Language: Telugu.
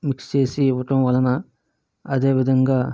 మిక్స్ చేసి ఇవ్వటం వలన అదే విధంగా